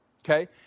Okay